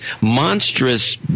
monstrous